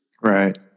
Right